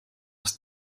els